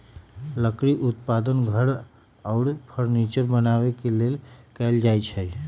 लकड़ी उत्पादन घर आऽ फर्नीचर बनाबे के लेल कएल जाइ छइ